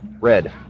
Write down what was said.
Red